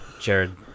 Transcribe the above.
Jared